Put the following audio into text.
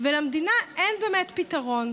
ולמדינה אין באמת פתרון,